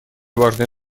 важный